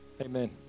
amen